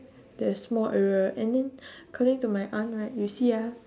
that small area and then according to my aunt right you see ah